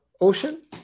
ocean